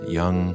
young